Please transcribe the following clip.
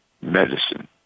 medicine